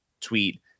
tweet